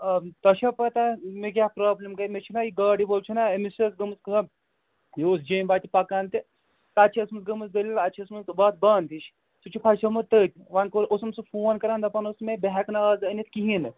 آ تۄہہِ چھو پتہٕ مےٚ کیٛاہ پرابلِم گٔے مےٚ چھِنہ یہِ گاڈٕ وول چھُنہ أمِس چھِ حظ گٔمٕژ کٲم یہِ اوس جیٚمۍ وَتہِ پکان تہِ تَتہِ چھِ ٲسمٕژ گٔمٕژ دٔلیٖل اَتہِ چھِ ٲسمٕژ وَتھ بنٛد ہِش سُہ چھِ پھَسیومُت تٔتھۍ وۄنۍ کو اوسُم سُہ فون کران دَپان اوس مےٚ بہٕ ہٮ۪کہٕ نہٕ آز أنِتھ کِہیٖنۍ نہٕ